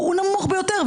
הוא נמוך ביותר,